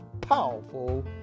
powerful